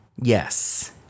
yes